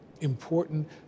important